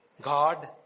God